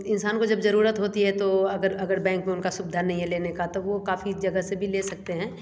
इंसान को जब जरुरत होती है तो अगर अगर बैंक में उनका सुविधा नहीं है लेने का तो वो काफ़ी जगह से भी ले सकते हैं